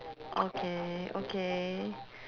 okay okay